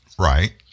right